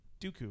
Dooku